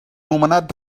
nomenat